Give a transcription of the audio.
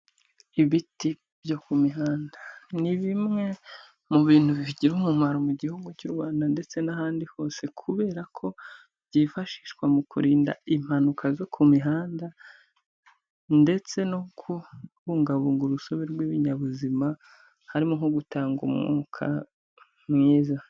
Ibiti byo ku mihanda, ni bimwe mu bintu bigira umumaro mu gihugu cy'u Rwanda ndetse n'ahandi hose, kubera ko byifashishwa mu kurinda impanuka zo ku mihanda, ndetse no kubungabunga urusobe rw'ibinyabuzima, harimo nko gutanga umwuka mwiza.